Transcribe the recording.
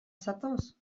zatoz